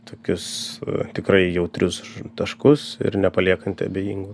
tokius tikrai jautrius taškus ir nepaliekanti abejingų